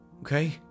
Okay